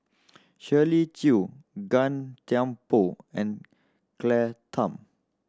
Shirley Chew Gan Thiam Poh and Claire Tham